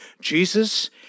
Jesus